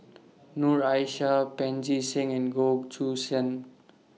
Noor Aishah Pancy Seng and Goh Choo San